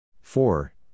four